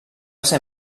ser